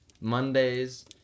Mondays